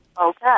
Okay